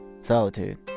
Solitude